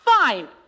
fine